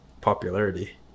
popularity